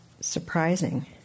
surprising